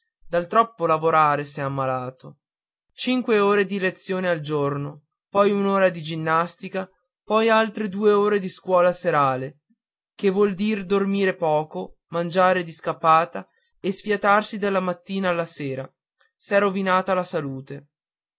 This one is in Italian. dal troppo lavorare s'è ammalato cinque ore di lezione al giorno poi un'ora di ginnastica poi altre due ore di scuola serale che vuol dire dormir poco mangiare di scappata e sfiatarsi dalla mattina alla sera s'è rovinata la salute